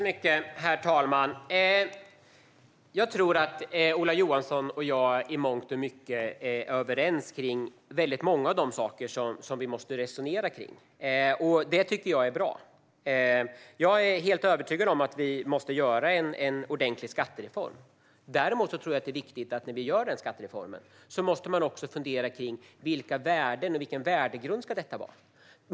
Herr talman! Jag tror att Ola Johansson och jag i mångt och mycket är överens om många av de saker som vi måste resonera kring. Det tycker jag är bra. Jag är helt övertygad om att vi måste göra en ordentlig skattereform. Däremot tror jag att det är viktigt att vi när vi gör denna skattereform funderar på vilka värden och vilken värdegrund den ska vila på.